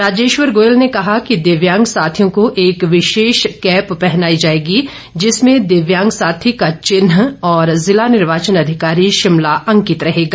राजेश्वर गोयल ने कहा कि दिव्यांग साथियों को एक विशेष कैप पहनाई जाएगी जिसमें दिव्यांग साथी का चिन्ह और जिला निर्वाचन अधिकारी शिमला अंकित रहेगा